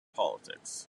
politics